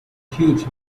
huge